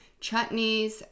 chutneys